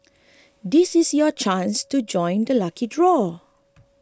this is your chance to join the lucky draw